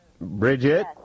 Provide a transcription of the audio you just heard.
Bridget